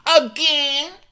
again